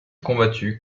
combattu